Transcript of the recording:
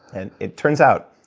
and it turns out,